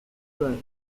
road